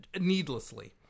needlessly